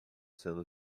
sendo